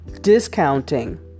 discounting